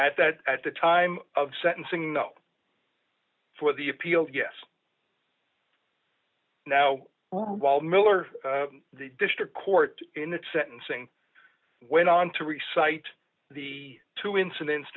at that at the time of sentencing for the appeals yes now while miller the district court in the sentencing went on to recites the two incidents